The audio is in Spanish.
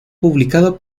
publicado